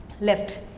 left